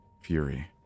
Fury